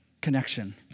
connection